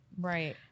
Right